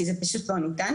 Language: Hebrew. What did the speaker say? כי זה פשוט לא ניתן,